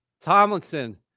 Tomlinson